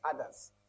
others